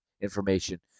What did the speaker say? information